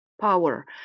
power